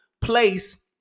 place